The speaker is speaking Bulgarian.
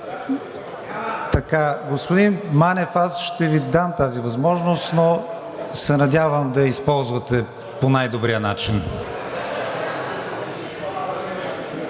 думата.) Господин Манев, аз ще Ви дам тази възможност, но се надявам да я използвате по най-добрия начин.